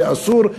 זה אסור,